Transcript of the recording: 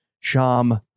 sham